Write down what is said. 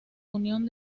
unión